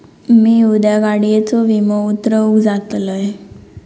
मी उद्या गाडीयेचो विमो उतरवूक जातलंय